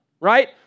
right